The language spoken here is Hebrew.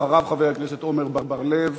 אחריו, חבר הכנסת עמר בר-לב.